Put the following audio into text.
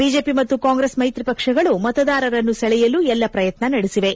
BJP ಮತ್ತು ಕಾಂಗ್ರೆಸ್ ಮೈತ್ರಿ ಪಕ್ಷಗಳು ಮತದಾರರನ್ನು ಸೆಳೆಯಲು ಎಲ್ಲ ಪ್ರಯತ್ನ ನಡೆಸಿವೆ